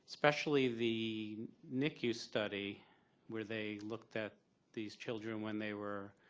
especially the nicu study where they looked at these children when they were